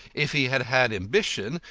if he had had ambition,